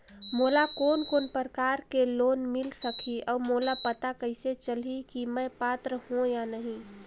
मोला कोन कोन प्रकार के लोन मिल सकही और मोला पता कइसे चलही की मैं पात्र हों या नहीं?